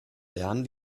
lernen